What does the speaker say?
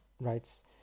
writes